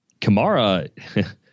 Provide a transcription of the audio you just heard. Kamara